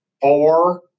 four